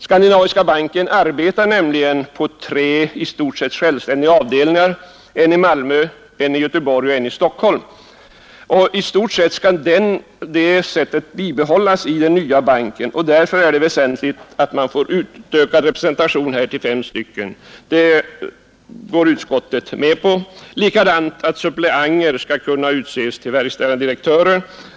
Skandinaviska banken arbetar nämligen på tre i stort sett självständiga avdelningar — en i Malmö, en i Göteborg och en i Stockholm. I stora drag skall den ordningen bibehållas i den nya banken. Därför är det väsentugt att man får en utökning av representationen till fem. Det går utskottet med på liksom på att suppleanter skall kunna utses till verkställande direktörer.